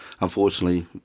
unfortunately